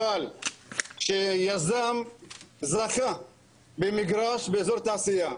אבל שיזם זכה במגרש באזור תעשייה,